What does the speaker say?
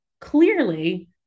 clearly